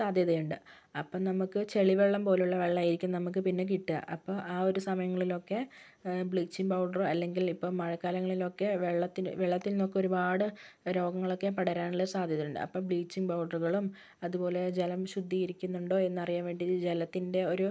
സാധ്യതയുണ്ട് അപ്പോൾ നമുക്ക് ചെളിവെള്ളം പോലുള്ള വെള്ളമായിരിക്കും നമുക്ക് പിന്നെ കിട്ടുക അപ്പം ആ ഒരു സമയങ്ങളിലൊക്കെ ബ്ലീച്ചിങ് പൗഡർ അല്ലെങ്കിൽ ഇപ്പം മഴക്കാലങ്ങളിലൊക്കെ വെള്ളത്തിൽ വെള്ളത്തിൽ നമുക്ക് ഒരുപാട് രോഗങ്ങളൊക്കെ പടരാനുള്ള സാധ്യത ഉണ്ട് അപ്പോൾ ബ്ലീച്ചിങ് പൗഡറുകളും അതുപോലെ ജലം ശുദ്ധീകരിക്കുന്നുണ്ടോ എന്നറിയാൻ വേണ്ടി ജലത്തിൻ്റെ ഒരു